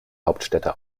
hauptstädte